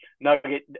nugget